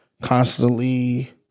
constantly